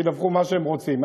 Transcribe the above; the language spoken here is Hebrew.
שידווחו מה שהם רוצים.